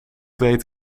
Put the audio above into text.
weet